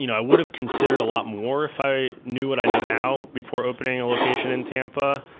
you know i would have considered a lot more if i knew what i know now before opening a location in tampa,